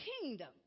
kingdom